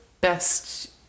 best